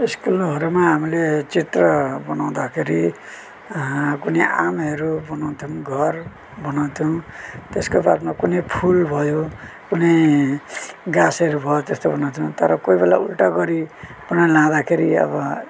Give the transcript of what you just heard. स्कुलहरूमा हामीले चित्र बनाउँदाखेरि कुनै आमहरू बनाउँथ्यौँ घर बनाउँथ्यौँ त्यसको बादमा कुनै फुल भयो कुनै गाछहरू भयो त्यस्तो बनाउँथ्यौँ तर कोही बेला उल्टा गरि पनि लाँदाखेरि अब